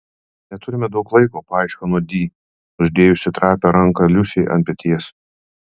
neturime daug laiko paaiškino di uždėjusi trapią ranką liusei ant peties